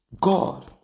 God